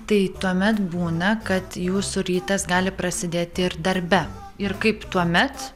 tai tuomet būna kad jūsų rytas gali prasidėti ir darbe ir kaip tuomet